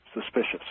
suspicious